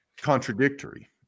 contradictory